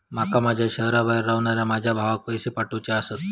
माका माझ्या शहराबाहेर रव्हनाऱ्या माझ्या भावाक पैसे पाठवुचे आसा